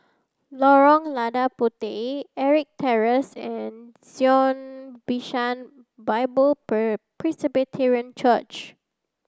Lorong Lada Puteh Ettrick Terrace and Zion Bishan Bible Presbyterian Church